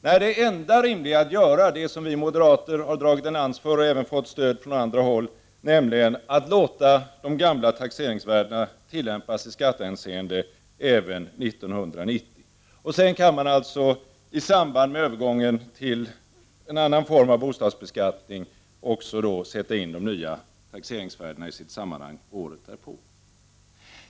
Nej, det enda rimliga att göra, vilket vi moderater har brutit en lans för och även fått stöd för från andra håll, är att låta de gamla taxeringsvärdena tillämpas i skattehänseende även 1990. I samband med övergången till en annan form av bostadsbeskattning kan man också sätta in de nya taxeringsvärdena i sitt sammanhang året därpå.